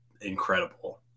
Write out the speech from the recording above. incredible